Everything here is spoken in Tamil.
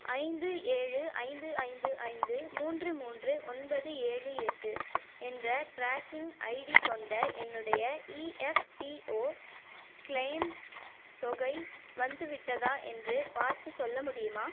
ஐந்து ஏழு ஐந்து ஐந்து ஐந்து மூன்று மூன்று ஒன்பது ஏழு எட்டு என்ற ட்ராக்கிங் ஐடி கொண்ட என்னுடைய இஎஃப்பிஓ க்ளெய்ம் தொகை வந்துவிட்டதா என்று பார்த்துச் சொல்ல முடியுமா